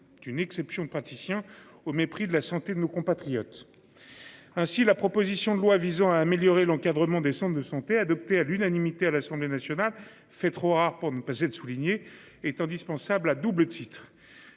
d'une exception praticiens au mépris de la santé de nos compatriotes. Ainsi, la proposition de loi visant à améliorer l'encadrement de santé, adoptée à l'unanimité à l'Assemblée nationale fait trop rare pour ne pas de souligner est indispensable à double titre,